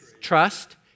trust